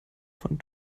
von